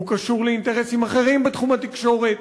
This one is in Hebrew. הוא קשור לאינטרסים אחרים בתחום התקשורת,